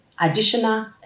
additional